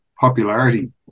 popularity